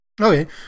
Okay